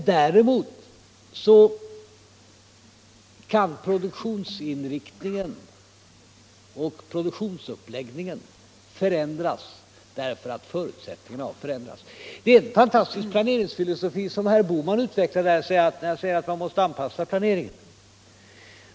Däremot kan produktionsinriktningen och produktionsuppläggningen förändras därför att förutsättningarna har förändrats. Det är en fantastisk planeringsfilosofi som herr Bohman utvecklar när han talar om att man måste anpassa planeringen.